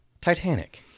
Titanic